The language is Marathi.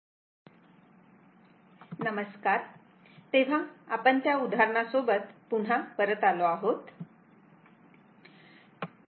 तेव्हा आपण त्या उदाहरणा सोबत पुन्हा परत आलो आहोत